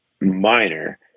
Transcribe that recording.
minor